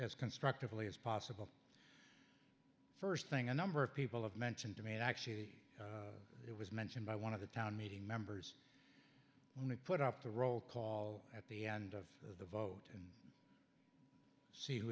as constructively as possible st thing a number of people have mentioned to me and actually it was mentioned by one of the town meeting members want to put up the roll call at the end of the vote and see who